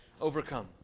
overcome